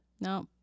No